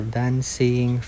dancing